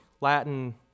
Latin